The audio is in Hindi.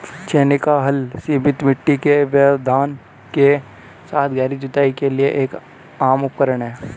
छेनी का हल सीमित मिट्टी के व्यवधान के साथ गहरी जुताई के लिए एक आम उपकरण है